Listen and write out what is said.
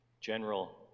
general